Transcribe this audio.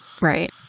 Right